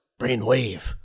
Brainwave